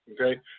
okay